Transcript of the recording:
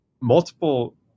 multiple